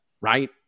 right